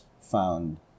found